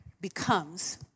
becomes